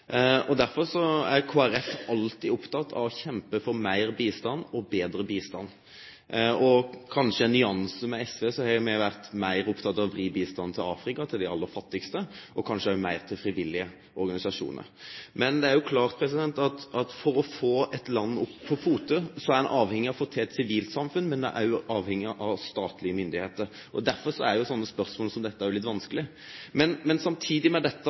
er Kristelig Folkeparti alltid opptatt av å kjempe for mer bistand og bedre bistand, og kanskje en nyanse mer enn SV har vi vært opptatt av å vri bistanden til Afrika, til de aller fattigste, og kanskje også mer til frivillige organisasjoner. Men det er klart at for å få et land på fote er en avhengig av å få til et sivilt samfunn, men en er også avhengig av statlige myndigheter. Derfor er sånne spørsmål